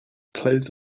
plays